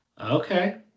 okay